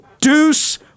Deuce